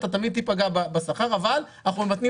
אתה תמיד תיפגע בשכר אבל אנחנו ממתנים